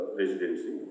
residency